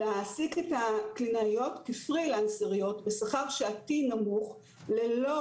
להעסיק את הקלינאיות כפרילנסריות בשכר שעתי נמוך ללא